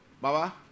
Baba